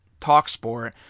TalkSport